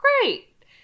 great